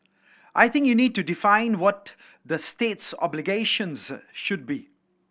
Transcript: I think you need to define what the state's obligations should be